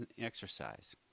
exercise